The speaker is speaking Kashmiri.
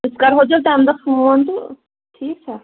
أسۍ کَرہو تیٚلہِ تَمہِ دۄہ فون تہٕ ٹھیٖک چھا